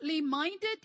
minded